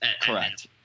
Correct